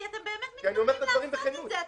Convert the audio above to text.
כי אתה באמת מתכוון לעשות את זה.